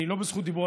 אני לא בזכות דיבור,